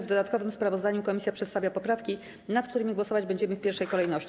W dodatkowym sprawozdaniu komisja przedstawia poprawki, nad którymi głosować będziemy w pierwszej kolejności.